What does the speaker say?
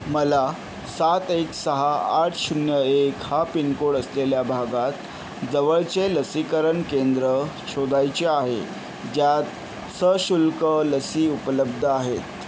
मला सात एक सहा आठ शून्य एक हा पिनकोड असलेल्या भागात जवळचे लसीकरण केंद्र शोधायचे आहे ज्यात सशुल्क लसी उपलब्ध आहेत